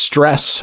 Stress